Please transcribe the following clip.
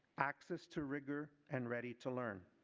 access to rigor and ready to learn.